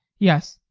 yes,